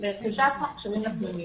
לרכישת מחשבים לפנימיות.